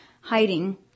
hiding